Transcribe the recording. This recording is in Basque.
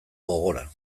gogora